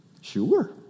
Sure